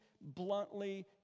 bluntly